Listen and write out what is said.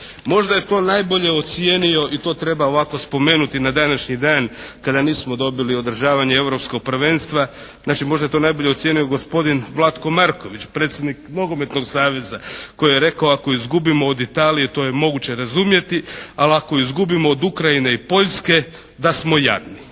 Možda je to najbolje ocijenio i to treba ovako spomenuti na današnji dan kada nismo dobili održavanje europskog prvenstva, znači možda je to najbolje ocijenio gospodin Vlatko Marković predsjednik nogometnog saveza koji je rekao ako izgubimo od Italije to je moguće razumjeti, ali ako izgubimo od Ukrajine i Poljske da smo jadni.